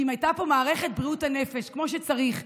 שאם הייתה פה מערכת בריאות הנפש כמו שצריך,